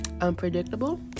unpredictable